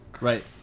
Right